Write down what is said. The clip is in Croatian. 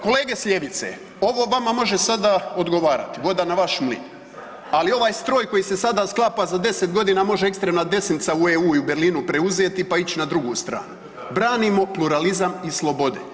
Kolege s ljevice, ovo vama može sada odgovarati, voda na vaš mlin ali ovaj stroj koji se sada sklapa, za 10 g. može ekstremna desnica u EU i u Berlinu preuzeti pa ić na drugu stranu, branimo pluralizam i slobode.